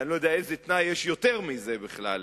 אני לא יודע איזה תנאי יש יותר מזה בכלל,